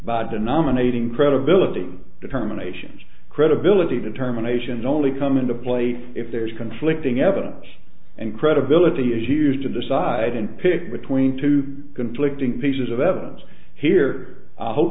denominating credibility determinations credibility determinations only come into play if there is conflicting evidence and credibility is used to decide and pick between two conflicting pieces of evidence here i hope